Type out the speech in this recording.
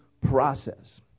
process